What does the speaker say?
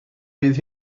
bydd